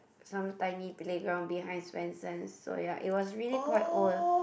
some tiny playground behind Swensen's so ya it was really quite old